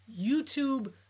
YouTube